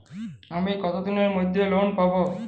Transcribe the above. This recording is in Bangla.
আমি কতদিনের মধ্যে লোন পাব?